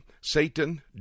Satan